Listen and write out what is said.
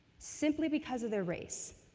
simply because of their race.